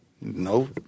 No